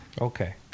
Okay